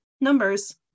numbers